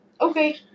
Okay